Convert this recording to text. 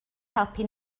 helpu